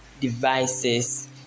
devices